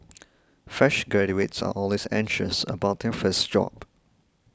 fresh graduates are always anxious about their first job